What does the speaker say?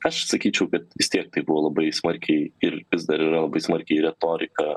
aš sakyčiau kad vis tiek tai buvo labai smarkiai ir vis dar yra labai smarkiai retorika